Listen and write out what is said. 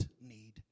need